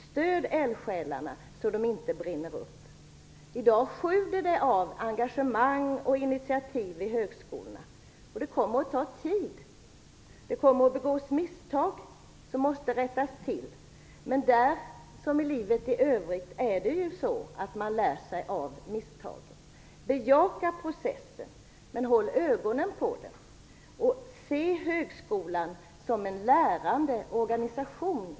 Stöd eldsjälarna så att de inte brinner upp! I dag sjuder det av engagemang och initiativ i högskolorna. Det kommer att ta tid, och det kommer att begås misstag som måste rättas, till men där som i livet i övrigt är det ju så att man lär sig av misstagen. Bejaka processen! Men håll ögonen på den! Se högskolan som en lärande organisation!